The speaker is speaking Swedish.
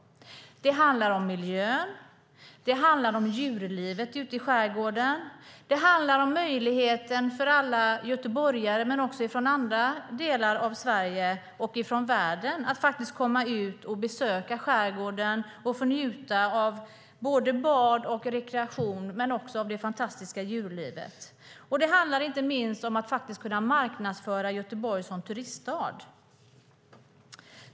Det handlar om miljön. Det handlar om djurlivet ute i skärgården. Det handlar om möjligheten för alla göteborgare men också för människor från andra delar av Sverige och världen att komma ut och besöka skärgården och njuta av bad och rekreation men också av det fantastiska djurlivet. Det handlar inte minst om att kunna marknadsföra Göteborg som turiststad.